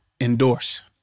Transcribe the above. endorse